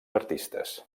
artistes